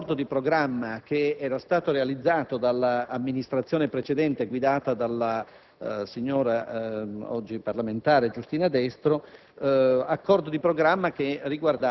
rispetto ad un accordo di programma realizzato dall'amministrazione precedente, guidata dalla signora, oggi parlamentare, Giustina Destro.